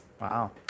Wow